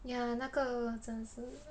ya 那个真是